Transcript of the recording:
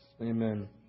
Amen